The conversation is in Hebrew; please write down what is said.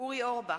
אורי אורבך,